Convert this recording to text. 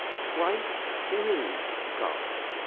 christ is god.